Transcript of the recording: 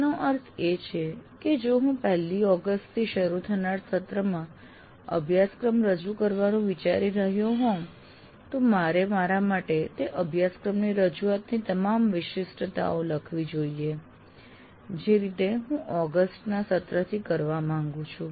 તેનો અર્થ એ છે કે જો હું 1 લી ઓગસ્ટથી શરૂ થનાર સત્રમાં અભ્યાસક્રમ રજૂ કરવાનું વિચારી રહ્યો હોઉં તો મારે મારા માટે તે અભ્યાસક્રમની રજુઆતની તમામ વિશિષ્ટતાઓ લખવી જોઈએ જે રીતે હું ઓગસ્ટના સત્રથી કરવા માંગુ છું